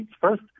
first